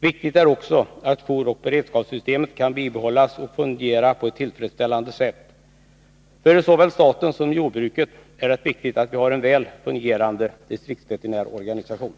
Viktigt är också att jouroch beredskapssystemet kan bibehållas och fungera på ett tillfredsställande sätt. För såväl staten som jordbruket är det viktigt att vi har en väl fungerande distriktsveterinärorganisation.